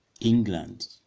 England